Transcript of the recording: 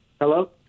Hello